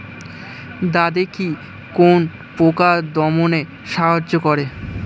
দাদেকি কোন পোকা দমনে সাহায্য করে?